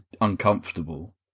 uncomfortable